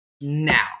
now